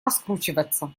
раскручиваться